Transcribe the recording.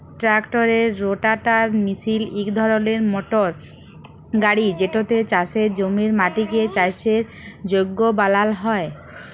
ট্রাক্টারের রোটাটার মিশিল ইক ধরলের মটর গাড়ি যেটতে চাষের জমির মাটিকে চাষের যগ্য বালাল হ্যয়